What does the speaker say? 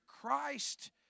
Christ